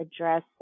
address